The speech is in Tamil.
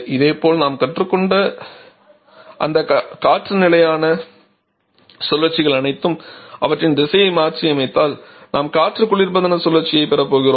இதேபோல் நாம் கற்றுக்கொண்ட அந்த காற்று நிலையான சுழற்சிகள் அனைத்தும் அவற்றின் திசையை மாற்றியமைத்தால் நாம் காற்று குளிர்பதன சுழற்சியைப் பெறப்போகிறோம்